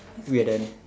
we are done